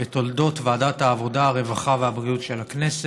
בתולדות ועדת העבודה, הרווחה והבריאות של הכנסת.